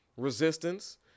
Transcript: resistance